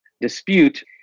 dispute